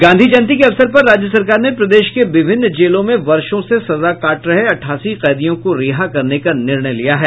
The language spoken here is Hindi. गांधी जयंती के अवसर पर राज्य सरकार ने प्रदेश के विभिन्न जेलों में वर्षों से सजा काट रहे अठासी कैदियों को रिहा करने का निर्णय लिया है